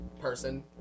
person